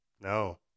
No